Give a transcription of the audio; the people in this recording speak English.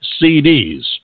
CDs